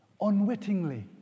unwittingly